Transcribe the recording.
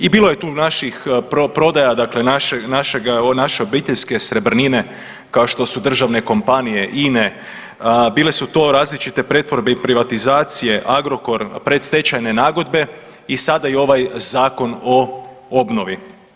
I bilo je tu naših prodaja, dakle naše obiteljske srebrnine kao što su državne kompanije INA, bile su to različite pretvorbe i privatizacije Agrokor, predstečajne nagodbe i sada i ovaj Zakon o obnovi.